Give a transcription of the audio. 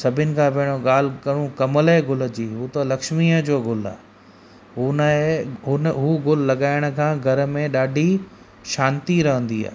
सभिनी खां पहिरों ॻाल्हि कयूं कमल जे गुल जी उहो त लक्ष्मीअ जो गुलु आहे हुनजे हू गुलु लॻाइण खां घर में ॾाढी शांति रहंदी आहे